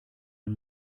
ein